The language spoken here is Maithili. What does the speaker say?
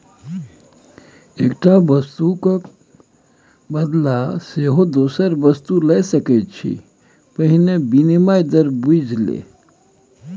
एकटा वस्तुक क बदला सेहो दोसर वस्तु लए सकैत छी पहिने विनिमय दर बुझि ले